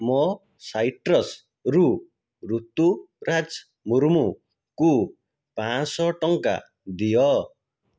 ମୋ ସାଇଟ୍ରସ୍ରୁ ରୁତୁରାଜ ମୁର୍ମୁଙ୍କୁ ପାଞ୍ଚଶହ ଟଙ୍କା ଦିଅ